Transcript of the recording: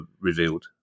revealed